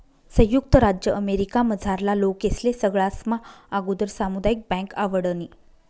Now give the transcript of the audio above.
संयुक्त राज्य अमेरिकामझारला लोकेस्ले सगळास्मा आगुदर सामुदायिक बँक आवडनी